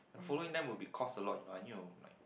I am following them will be cost a lot I knew like